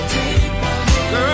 Girl